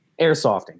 airsofting